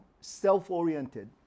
self-oriented